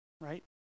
right